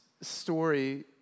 story